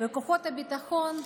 וכוחות הביטחון,